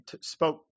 spoke